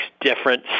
different